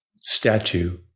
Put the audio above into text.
statue